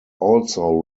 also